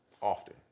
often